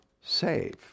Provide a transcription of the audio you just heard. save